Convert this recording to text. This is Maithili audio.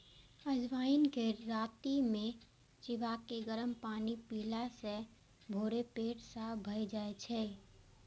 अजवाइन कें राति मे चिबाके गरम पानि पीला सं भोरे पेट साफ भए जाइ छै